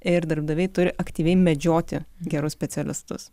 ir darbdaviai turi aktyviai medžioti gerus specialistus